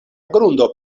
grundo